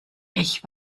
ich